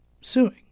Suing